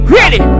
Ready